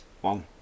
One